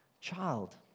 child